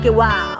wow